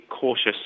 cautious